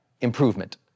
improvement